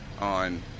on